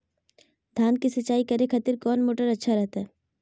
धान की सिंचाई करे खातिर कौन मोटर अच्छा रहतय?